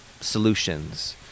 solutions